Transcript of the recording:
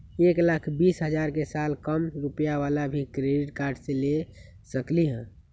एक लाख बीस हजार के साल कम रुपयावाला भी क्रेडिट कार्ड ले सकली ह?